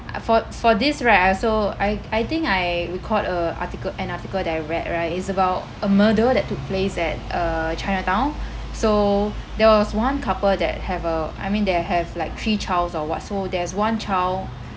uh for for this right I also I I think I recalled a article an article that I read right is about a murder that took place at uh chinatown so there was one couple that have a I mean they have like three childs or what so there's one child